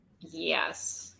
yes